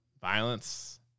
violence